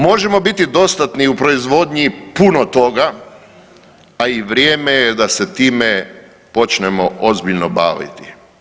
Možemo biti dostatni i u proizvodnji puno toga, a i vrijeme je da se time počnemo ozbiljno baviti.